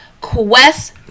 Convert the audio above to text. Quest